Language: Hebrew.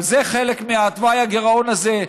גם זה חלק מתוואי הגירעון הזה,